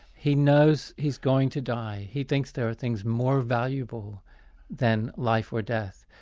he knows he's going to die he thinks there are things more valuable than life or death.